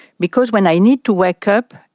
because when i need to wake up,